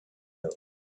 out